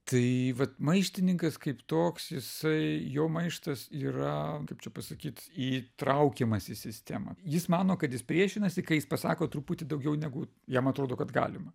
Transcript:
tai vat maištininkas kaip toks jisai jo maištas yra kaip čia pasakyt įtraukiamas į sistemą jis mano kad jis priešinasi kai jis pasako truputį daugiau negu jam atrodo kad galima